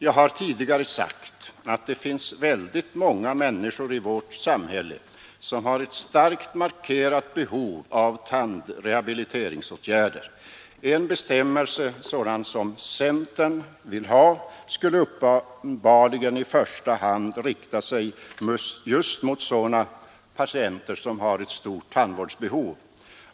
Jag har tidigare sagt att det finns väldigt många människor i vårt samhälle som har ett starkt markerat behov av tandrehabiliteringsåtgärder. En sådan bestämmelse som centern vill ha skulle uppenbarligen i första hand rikta sig mot just sådana patienter som har ett stort tandvårdsbehov.